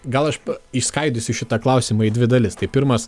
gal aš išskaidysiu šitą klausimą į dvi dalis tai pirmas